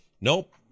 nope